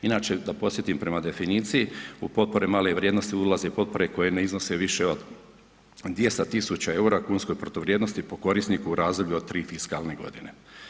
Inače da podsjetim prema definiciji u potpore male vrijednosti ulaze potpore koje ne iznose više od 200000 eura kunske protuvrijednosti po korisniku u razdoblju od tri fiskalne godine.